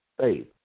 faith